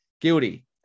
Guilty